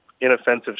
inoffensive